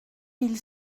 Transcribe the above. mille